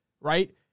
right